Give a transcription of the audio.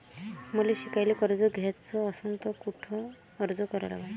मले शिकायले कर्ज घ्याच असन तर कुठ अर्ज करा लागन?